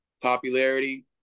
popularity